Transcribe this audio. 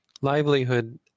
livelihood